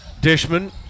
Dishman